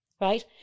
right